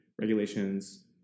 regulations